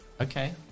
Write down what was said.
Okay